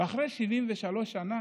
ואחרי 73 שנה